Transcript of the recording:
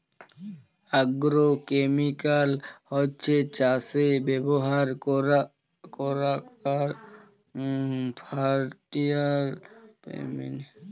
agrochemical হছ্যে চাসে ব্যবহার করারক ফার্টিলাইজার, পেস্টিসাইড ইত্যাদি